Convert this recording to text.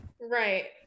Right